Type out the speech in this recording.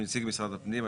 נציג משרד הפנים,